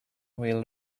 will